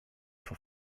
for